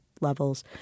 levels